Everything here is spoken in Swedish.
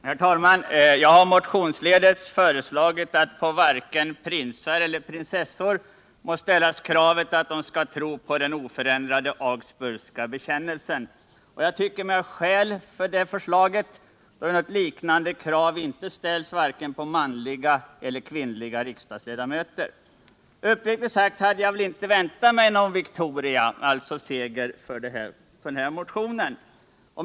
Herr talman! Jag har motionsledes föreslagit att på varken prinsar eller prinsessor må ställas kravet att de skall tro på den oförändrade Augsburgska bekännelsen. Jag tycker mig ha skäl för detta mitt förslag då ju något liknande krav ställs på varken manliga eller kvinnliga riksdagsledamöter. Uppriktigt sagt hade jag väl inte väntat mig någon viktoria — alltså seger — för den motionen.